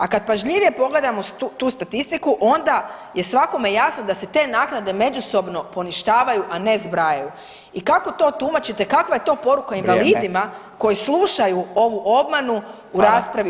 A kad pažljivije pogledamo tu statistiku, onda je svakome jasno da se te naknade međusobno poništavaju, a ne zbrajaju i kako to tumačite, kakva je to poruka [[Upadica: Vrijeme.]] invalidima koji slušaju ovu obmanu u raspravi u